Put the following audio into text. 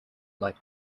like